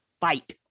fight